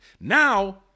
Now